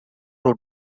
road